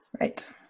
right